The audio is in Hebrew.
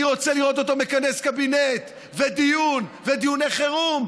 אני רוצה לראות אותו מכנס קבינט ודיון ודיוני חירום,